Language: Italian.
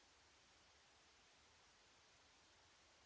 Grazie,